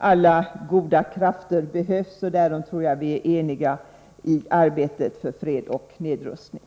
Alla goda krafter behövs — därom tror jag att vi eniga — i arbetet för fred och nedrustning.